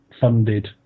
funded